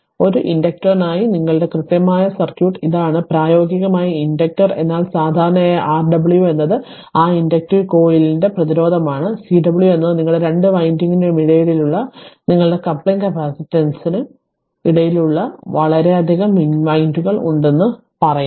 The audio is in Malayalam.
അതിനാൽ ഒരു ഇൻഡക്ടറിനായി നിങ്ങളുടെ കൃത്യമായ സർക്യൂട്ട് ഇതാണ് പ്രായോഗികമായി ഇൻഡക്റ്റർ എന്നാൽ സാധാരണയായി R w എന്നത് ആ ഇൻഡക്റ്റീവ് കോയിലിന്റെ പ്രതിരോധമാണ് CW എന്നത് നിങ്ങളുടെ 2 വിൻഡിംഗിനുമിടയിലുള്ള നിങ്ങളുടെ കപ്ലിങ് കപ്പാസിറ്റൻസിന് ഇടയിലുള്ള വളരെയധികം വിൻഡിംഗുകൾ ഉണ്ടെന്ന് പറയുന്നു